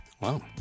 Wow